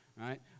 right